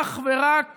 אך ורק